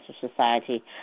Society